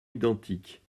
identiques